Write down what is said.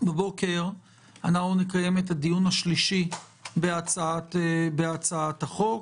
בבוקר נקיים את הדיון השלישי בהצעת החוק.